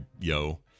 yo